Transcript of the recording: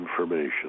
information